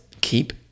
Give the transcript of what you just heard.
keep